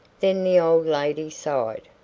then the old lady sighed,